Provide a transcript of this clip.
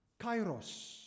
kairos